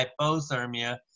hypothermia